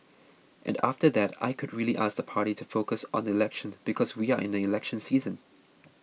and after that I could really ask the party to focus on the election because we are in the election season